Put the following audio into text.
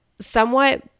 somewhat